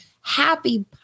happy